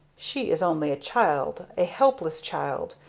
she is only a child, a helpless child,